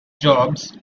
jobs